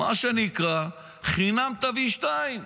מה שנקרא, חינם תביא שניים.